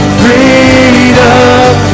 freedom